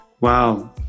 Wow